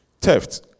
theft